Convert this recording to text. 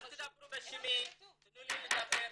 אל תדברו בשמי, תנו לי לדבר.